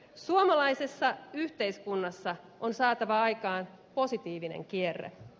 suomalaisessa yhteiskunnassa on saatava aikaan positiivinen kierre